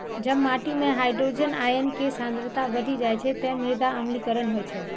जब माटि मे हाइड्रोजन आयन के सांद्रता बढ़ि जाइ छै, ते मृदा अम्लीकरण होइ छै